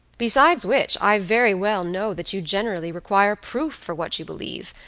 besides which, i very well know that you generally require proof for what you believe,